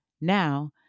Now